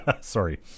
Sorry